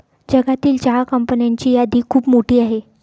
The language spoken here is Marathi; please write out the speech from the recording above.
जगातील चहा कंपन्यांची यादी खूप मोठी आहे